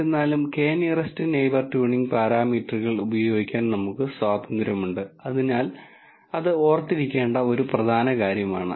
എന്നിരുന്നാലും k nearest neighbour tuning പാരാമീറ്ററുകൾ ഉപയോഗിക്കാൻ നമുക്ക് സ്വാതന്ത്ര്യമുണ്ട് അതിനാൽ അത് ഓർത്തിരിക്കേണ്ട ഒരു പ്രധാന കാര്യമാണ്